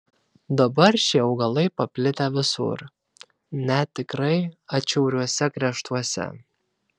dabar šie augalai paplitę visur net tikrai atšiauriuose kraštuose